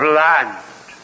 land